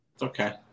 okay